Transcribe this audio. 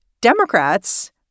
Democrats